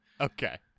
Okay